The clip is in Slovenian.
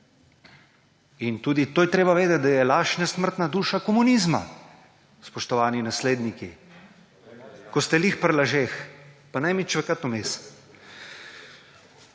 In tudi to je treba vedeti, da je laž nesmrtna duša komunizma, spoštovani nasledniki, ko ste ravno pri lažeh. Pa ne mi čvekati vmes.